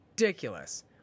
ridiculous